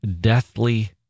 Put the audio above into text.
deathly